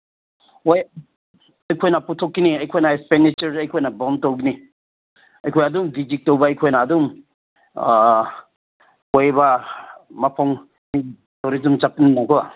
ꯍꯣꯏ ꯑꯩꯈꯣꯏꯅ ꯄꯨꯊꯣꯛꯀꯅꯤ ꯑꯩꯈꯣꯏꯅ ꯑꯦꯛꯁꯄꯦꯟꯗꯤꯆꯔꯗꯤ ꯑꯩꯈꯣꯏꯅ ꯕꯥꯎꯟ ꯇꯧꯒꯅꯤ ꯑꯩꯈꯣꯏ ꯑꯗꯨꯝ ꯇꯧꯕ ꯑꯩꯈꯣꯏ ꯑꯗꯨꯝ ꯀꯣꯏꯕ ꯃꯄꯨꯡ ꯆꯠꯄꯅꯤꯅꯀꯣ